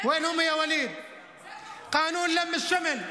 דברים בשפה הערבית, להלן תרגומם: